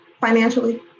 financially